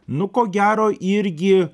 nu ko gero irgi